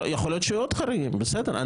יכול להיות שיהיו עוד חריגים, בסדר.